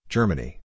Germany